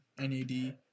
nad